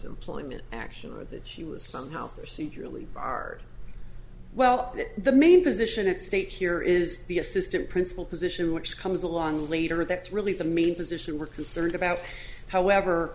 employment action or that she was somehow really are well that the main position at stake here is the assistant principal position which comes along later that's really the main position we're concerned about however